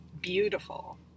beautiful